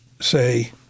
say